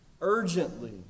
urgently